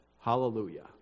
Hallelujah